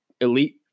elite